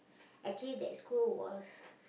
actually that school was